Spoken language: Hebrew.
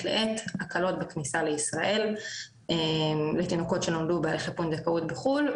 לעת הקלות בכניסה לישראל לתינוקות שנולדו בהליכי פונדקאות בחו"ל.